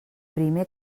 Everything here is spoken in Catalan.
primer